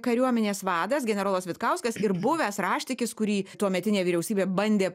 kariuomenės vadas generolas vitkauskas ir buvęs raštikis kurį tuometinė vyriausybė bandė